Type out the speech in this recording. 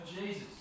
Jesus